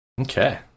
Okay